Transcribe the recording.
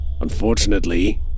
unfortunately